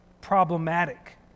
problematic